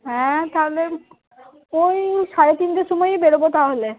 হ্যাঁ তাহলে ওই সাড়ে তিনটের সময়ই বেরবো তাহলে